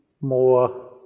more